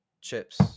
chips